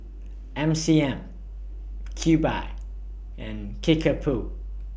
M C M Cube I and Kickapoo